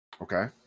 Okay